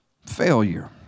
Failure